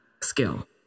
skill